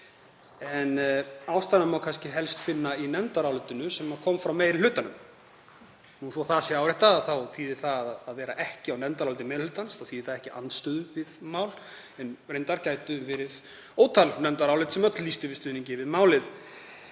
Ástæðuna má kannski helst finna í nefndarálitinu sem kom frá meiri hlutanum. Svo það sé áréttað þá þýðir það að vera ekki á nefndaráliti meiri hlutans ekki andstöðu við mál. Reyndar gætu verið ótal nefndarálit sem öll lýstu yfir stuðningi við málið